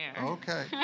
Okay